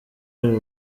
iri